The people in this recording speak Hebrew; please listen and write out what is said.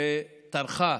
שטרחה,